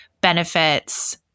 benefits